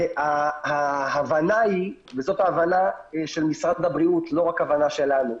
בסוף ההבנה היא של משרד הבריאות, לא רק הבנה שלנו,